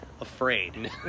afraid